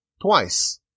twice